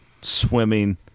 swimming